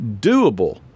doable